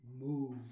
move